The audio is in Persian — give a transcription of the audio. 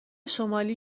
شمالی